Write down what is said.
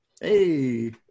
Hey